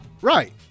Right